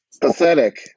Pathetic